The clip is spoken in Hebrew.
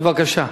בבקשה.